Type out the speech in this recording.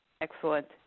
Excellent